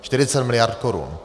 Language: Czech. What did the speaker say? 40 miliard korun.